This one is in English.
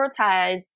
prioritize